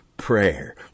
prayer